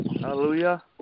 Hallelujah